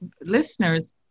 listeners